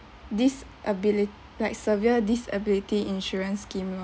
disability like severe disability insurance scheme lor